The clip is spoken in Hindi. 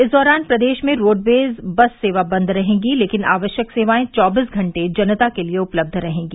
इस दौरान प्रदेश में रोडवेज बस सेवा बंद रहेगी लेकिन आवश्यक सेवाएं चौबीस घंटे जनता के लिये उपलब्ध रहेंगी